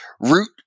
Root